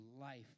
life